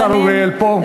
השר אריאל פה.